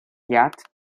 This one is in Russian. пять